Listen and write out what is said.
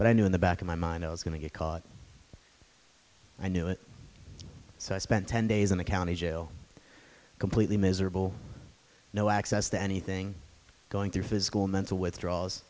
but i knew in the back of my mind i was going to get caught i knew it so i spent ten days in the county jail completely miserable no access to anything going through physical mental withdraw